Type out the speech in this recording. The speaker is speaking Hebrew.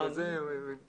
כמו שתיארת,